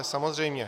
Samozřejmě.